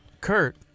kurt